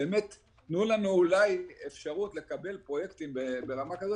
באמת תנו לנו אולי אפשרות לקבל פרויקטים ברמה כזאת,